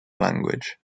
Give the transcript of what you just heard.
language